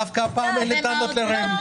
דווקא הפעם אין לי טענות לרמ"י.